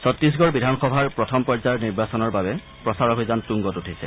ছত্তিশগড় বিধানসভাৰ প্ৰথম পৰ্যায়ৰ নিৰ্বাচনৰ বাবে প্ৰচাৰ অভিযান তুংগত উঠিছে